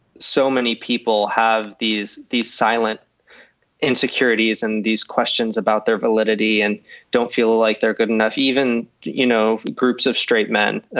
so many people have these these silent insecurities and these questions about their validity and don't feel like they're good enough. even, you know, groups of straight men,